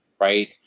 right